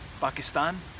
Pakistan